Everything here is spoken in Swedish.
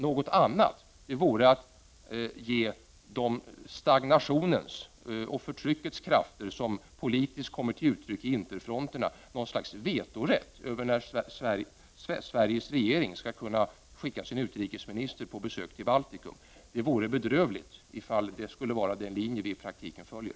Något annat vore att ge de stagnationens och förtryckets krafter som politiskt kommer till uttryck i Inter-fronterna något slags vetorätt beträffande när Sveriges regering skall kunna skicka sin utrikesminister på besök till Baltikum. Det vore bedrövligt ifall detta vore den linje vi i praktiken följer!